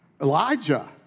Elijah